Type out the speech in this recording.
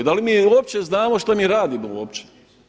Da li mi uopće znamo što mi radimo uopće?